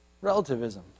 Relativism